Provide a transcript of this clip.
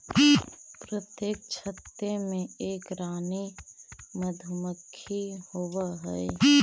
प्रत्येक छत्ते में एक रानी मधुमक्खी होवअ हई